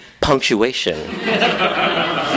punctuation